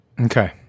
Okay